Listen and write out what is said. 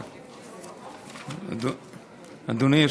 אדוני.